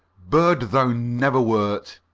bird thou never wert.